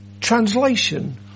translation